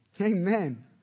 Amen